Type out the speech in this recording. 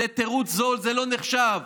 זה תירוץ זול, זה לא נחשב.